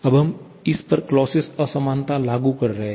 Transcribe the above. अब हम इस पर क्लॉसियस असमानता लागू कर रहे हैं